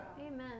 Amen